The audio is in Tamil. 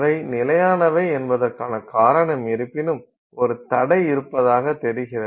அவை நிலையானவை என்பதற்கான காரணம் இருப்பினும் ஒரு தடை இருப்பதாக தெரிகிறது